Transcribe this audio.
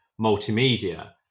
multimedia